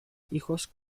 hijos